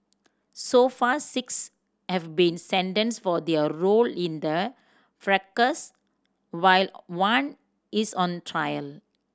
so far six have been sentenced for their role in the fracas while one is on trial